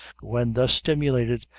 when thus stimulated,